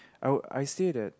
I would I said that